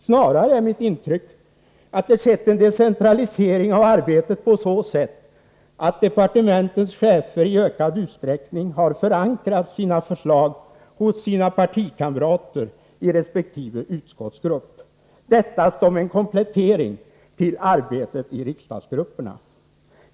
Snarare är mitt intryck att det skett en decentralisering av arbetet på så sätt att departementens chefer i ökad utsträckning har förankrat sina förslag hos sina partikamrater i resp. utskottsgrupp — detta som en komplettering till arbetet i riksdagsgrupperna.